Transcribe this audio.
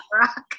Rock